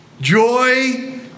Joy